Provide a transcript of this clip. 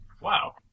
wow